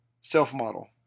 self-model